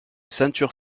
ceinture